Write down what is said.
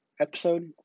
episode